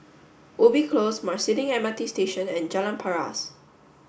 Ubi Close Marsiling M R T Station and Jalan Paras